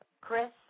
Chris